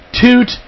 toot